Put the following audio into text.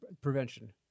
prevention